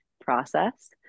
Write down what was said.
process